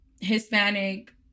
Hispanic